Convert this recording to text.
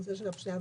הנושא של הפשיעה